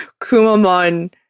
Kumamon